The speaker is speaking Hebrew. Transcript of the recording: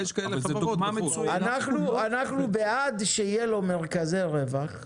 אנחנו בעד שיהיו לו מרכזי רווח.